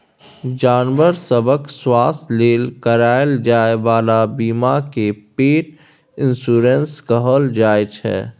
जानबर सभक स्वास्थ्य लेल कराएल जाइ बला बीमा केँ पेट इन्स्योरेन्स कहल जाइ छै